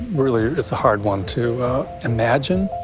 really, it's a hard one to imagine.